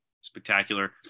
spectacular